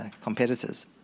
competitors